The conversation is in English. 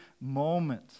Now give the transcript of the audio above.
moment